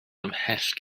ymhell